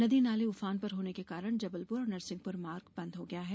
नदी नाले उफान पर होने के कारण जबलपुर और नरसिंहपुर मार्ग बंद हो गया है